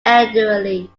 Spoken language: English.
elderly